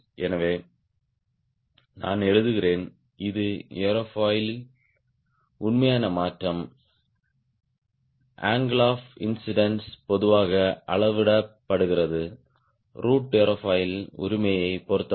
எனவே நான் எழுதுகிறேன் இது ஏரோஃபாயில் உண்மையான மாற்றம் அங்கிள் ஆப் இன்ஸிடென்ஸ் பொதுவாக அளவிடப்படுகிறது ரூட் ஏரோஃபாயில் உரிமையைப் பொறுத்தவரை